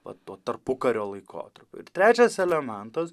va tuo tarpukario laikotarpiu ir trečias elementas